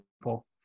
people